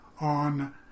on